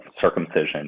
circumcision